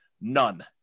None